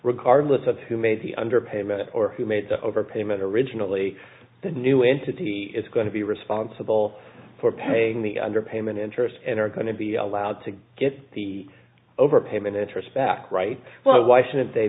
regardless of who made the underpayment or who made the overpayment originally the new entity is going to be responsible for paying the underpayment interest and are going to be allowed to get the overpayment introspect right well why shouldn't they